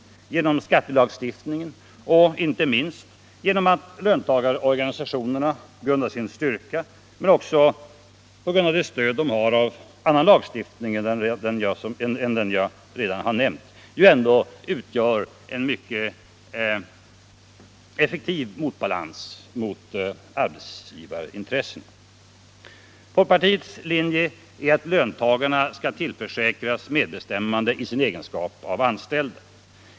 Det sker även genom skattelagstiftningen och inte minst genom att löntagarorganisationerna på grund av sin styrka och med stöd också av annan lagstiftning än den redan nämnda utgör en effektiv motvikt mot arbetsgivarintressena. Folkpartiets linje är att löntagarna skall tillförsäkras medbestämmande i sin egenskap av anställda.